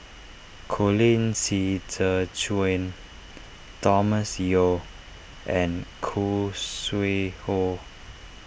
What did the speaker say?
Colin Qi Zhe Quan Thomas Yeo and Khoo Sui Hoe